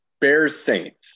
Bears-Saints